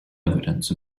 evidence